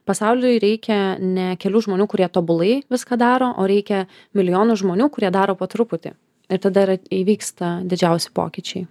pasauliui reikia ne kelių žmonių kurie tobulai viską daro o reikia milijonų žmonių kurie daro po truputį ir tada ir įvyksta didžiausi pokyčiai